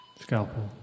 Scalpel